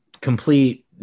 complete